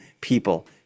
people